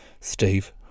Steve